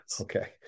okay